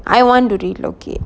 I want to re-locate